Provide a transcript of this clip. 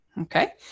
Okay